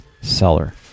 seller